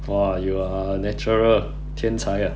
!wah! you are a natural 天才 ah